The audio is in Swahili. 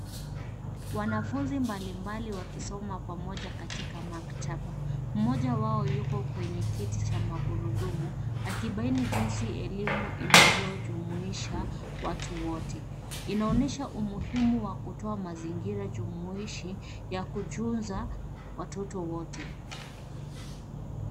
Wanafunzi mbalimbali wakisoma pamoja katika maktaba. Mmoja wao yuko kwenye kiti cha magurudumu, akibaini jinsi elimu inavyo jumuisha watu wote. Inaonyesha umuhimu wa kutoa mazingira jumuishi, ya kujunza watoto wote.